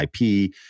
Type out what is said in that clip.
IP